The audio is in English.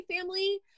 family